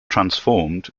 transformed